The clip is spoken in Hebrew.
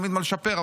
תמיד מה לשפר,